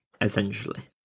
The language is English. essentially